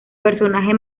personaje